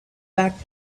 back